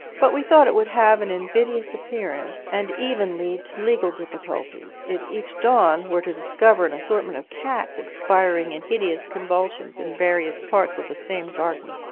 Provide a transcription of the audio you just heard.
but we thought it would have an invidious appearance, and even lead to legal difficulties, if each dawn were to discover an assortment of cats expiring in hideous convulsions in various parts of the same garden.